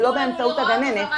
אבל לא באמצעות הגננת.